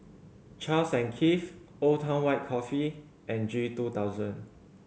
Charles and Keith Old Town White Coffee and G two thousand